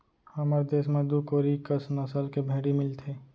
हमर देस म दू कोरी कस नसल के भेड़ी मिलथें